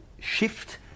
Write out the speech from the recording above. shift